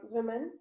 Women